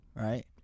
right